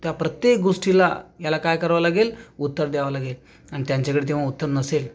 त्या प्रत्येक गोष्टीला याला काय करावं लागेल उत्तर द्यावं लागेल आणि त्यांच्याकडे तेव्हा उत्तर नसेल